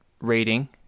rating